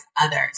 others